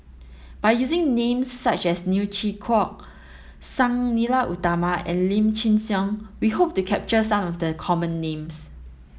by using names such as Neo Chwee Kok Sang Nila Utama and Lim Chin Siong we hope to capture some of the common names